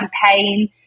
campaign